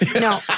No